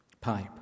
pipe